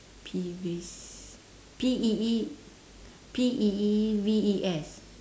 peeves P E E P E E V E S